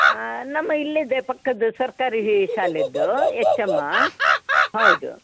ಹಾಂ ನಮ್ಮ ಇಲ್ಲಿದೆ ಪಕ್ಕದ್ದು ಸರ್ಕಾರಿ ಶಾಲೆದ್ದು ಎಚ್ ಎಮ್ ಹೌದು